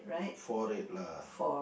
four red lah